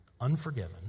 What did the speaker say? unforgiven